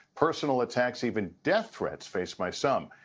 personal attacks even death threats faced by some.